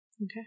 Okay